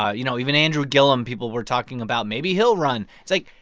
ah you know even andrew gillum people were talking about, maybe he'll run. it's like,